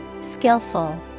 Skillful